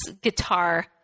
guitar